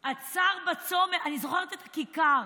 הוא עצר בצומת, אני זוכרת את הכיכר,